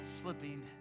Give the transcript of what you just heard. slipping